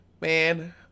man